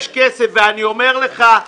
ואני אומר לך,